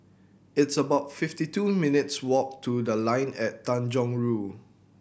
it's about fifty two minutes walk to The Line at Tanjong Rhu